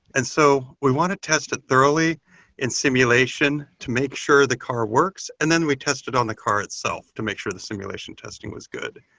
and so we want to test it thoroughly in simulation to make sure the car works and then we test it on the car itself to make sure the simulation testing was good.